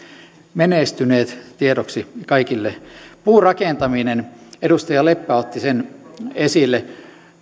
menestyneet tiedoksi kaikille puurakentaminen edustaja leppä otti sen esille